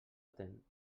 atent